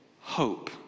hope